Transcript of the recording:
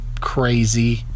crazy